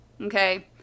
okay